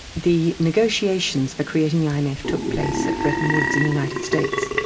the negotiations for creating the um imf took place at bretton woods in the united states,